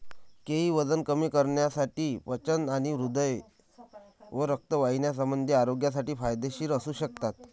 केळी वजन कमी करण्यासाठी, पचन आणि हृदय व रक्तवाहिन्यासंबंधी आरोग्यासाठी फायदेशीर असू शकतात